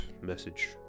message